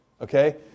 Okay